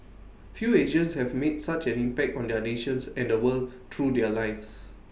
few Asians have made such an impact on their nations and the world through their lives